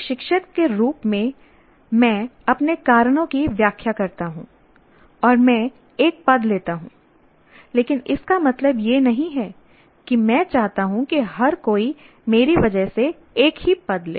एक शिक्षक के रूप में मैं अपने कारणों की व्याख्या करता हूं और मैं एक पद लेता हूं लेकिन इसका मतलब यह नहीं है कि मैं चाहता हूं कि हर कोई मेरी वजह से एक ही पद ले